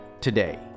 today